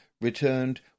returned